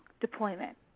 deployment